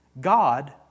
God